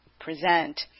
present